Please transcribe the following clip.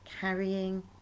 Carrying